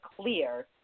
clear